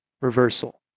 reversal